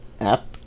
app